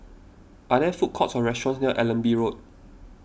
are there food courts or restaurants near Allenby Road